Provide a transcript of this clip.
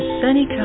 sunny